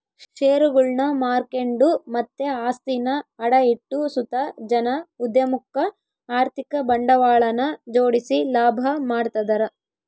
ಷೇರುಗುಳ್ನ ಮಾರ್ಕೆಂಡು ಮತ್ತೆ ಆಸ್ತಿನ ಅಡ ಇಟ್ಟು ಸುತ ಜನ ಉದ್ಯಮುಕ್ಕ ಆರ್ಥಿಕ ಬಂಡವಾಳನ ಜೋಡಿಸಿ ಲಾಭ ಮಾಡ್ತದರ